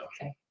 okay